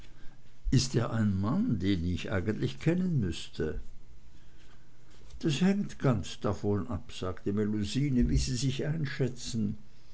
ist er ein mann den ich eigentlich kennen müßte das hängt ganz davon ab sagte melusine wie sie sich einschätzen